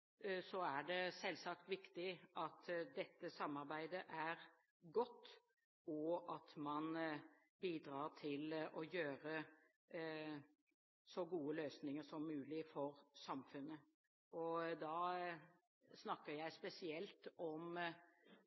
så store ressurser, er det selvsagt viktig at dette samarbeidet er godt, og at man bidrar til så gode løsninger som mulig for samfunnet. Da snakker jeg spesielt om